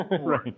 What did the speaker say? Right